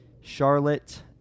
Charlotte